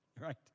right